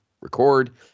record